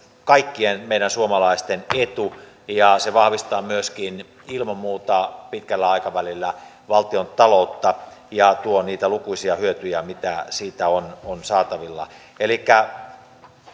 kaikkien meidän suomalaisten etu ja se vahvistaa myöskin ilman muuta pitkällä aikavälillä valtiontaloutta ja tuo niitä lukuisia hyötyjä mitä siitä on on saatavilla elikkä